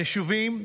היישובים,